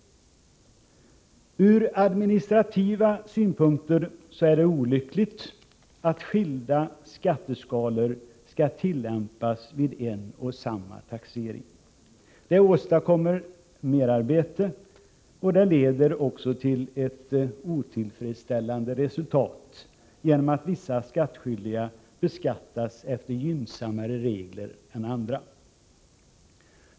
Ur administrativ synpunkt är det olyckligt att skilda skatteskalor skall tillämpas vid en och samma taxering. Det åstadkommer merarbete och det leder också till ett otillfredsställande resultat genom att vissa skattskyldiga beskattas efter gynnsammare regler än andra skattskyldiga.